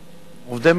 היו בני מיעוטים,